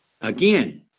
Again